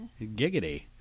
Giggity